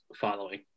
following